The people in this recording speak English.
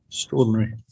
Extraordinary